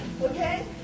Okay